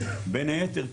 בין היתר,